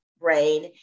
brain